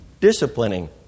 disciplining